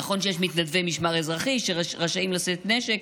נכון שיש מתנדבי משמר אזרחי שרשאים לשאת נשק,